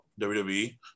wwe